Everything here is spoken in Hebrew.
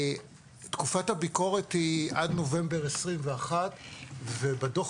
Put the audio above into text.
תקופת הביקורת היא עד נובמבר 2021. בדוח